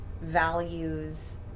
values